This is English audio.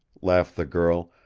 laughed the girl,